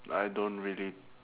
I don't really